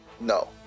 no